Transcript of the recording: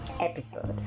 episode